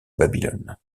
babylone